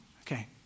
Okay